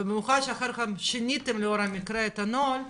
במיוחד שאחר כך שיניתם לאור המקרה את הנוהל,